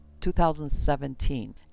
2017